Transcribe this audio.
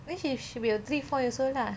then she should be about three four years old lah